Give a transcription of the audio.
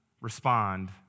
Respond